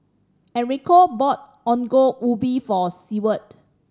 Enrico bought Ongol Ubi for Seward